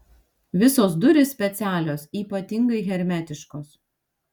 visos durys specialios ypatingai hermetiškos